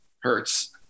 Hurts